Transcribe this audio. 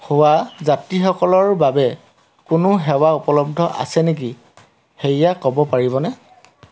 হোৱা যাত্ৰীসকলৰ বাবে কোনো সেৱা উপলব্ধ আছে নেকি সেয়া ক'ব পাৰিবনে